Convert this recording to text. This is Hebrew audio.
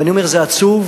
ואני אומר, זה עצוב